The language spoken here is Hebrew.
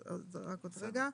אז רק עוד רגע.